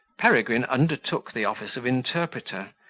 peregrine undertook the office of interpreter,